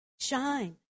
Shine